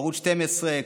ערוץ 12,